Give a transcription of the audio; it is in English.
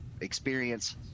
experience